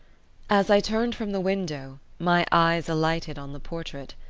as i turned from the window, my eyes alighted on the portrait.